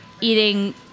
eating